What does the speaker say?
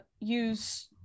use